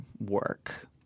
work